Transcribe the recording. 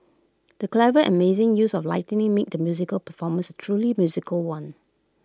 the clever and amazing use of lighting made the musical performance truly musical one